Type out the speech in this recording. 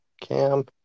Cam